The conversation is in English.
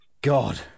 God